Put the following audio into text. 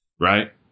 right